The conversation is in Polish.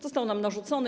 Został nam narzucony.